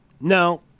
No